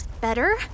Better